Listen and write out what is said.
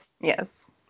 Yes